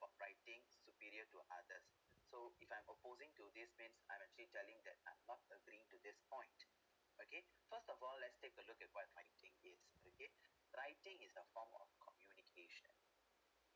of writing superior to others so if I'm opposing to this means I'm actually telling that I'm not agreeing to this point okay first of all let's take a look what are writing is okay writing is a form of communication